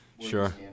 Sure